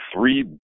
three